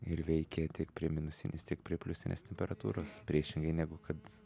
ir veikia tiek prie minusinės tiek prie pliusinės temperatūros priešingai negu kad